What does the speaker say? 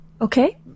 Okay